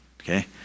okay